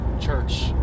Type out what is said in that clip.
church